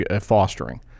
fostering